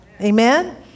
Amen